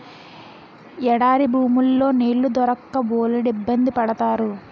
ఎడారి భూముల్లో నీళ్లు దొరక్క బోలెడిబ్బంది పడతారు